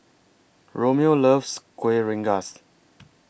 Romeo loves Kuih Rengas